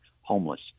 homeless